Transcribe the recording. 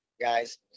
guys